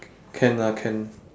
can lah can